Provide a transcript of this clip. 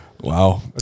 wow